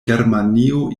germanio